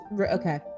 Okay